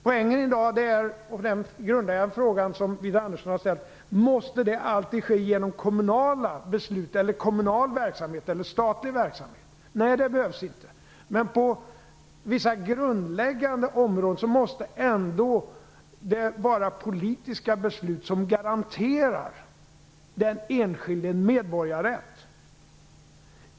Poängen i den grundläggande fråga som Widar Andersson har ställt är om det alltid måste ske genom kommunala beslut eller kommunal eller statlig verksamhet. Nej, det behövs inte. Men på vissa grundläggande områden måste det ändå vara politiska beslut som garanterar den enskilde en medborgarrätt.